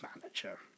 manager